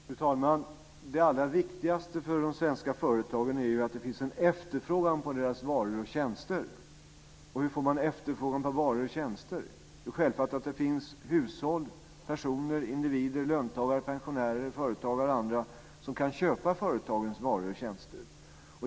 Fru talman! Det allra viktigaste för de svenska företagen är ju att det finns en efterfrågan på deras varor och tjänster. Och hur får man efterfrågan på varor och tjänster? Jo, självfallet genom att det finns hushåll, personer, individer, löntagare, pensionärer, företagare och andra som kan köpa företagens varor och tjänster.